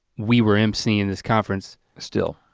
we were emceeing this conference, still.